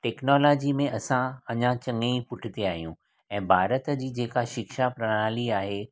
technology में असां अञा चङो ई पुठिते आहियूं ऐं भारत जी जेका शिक्षा प्रणाली आहे